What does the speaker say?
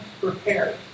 prepared